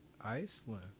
Iceland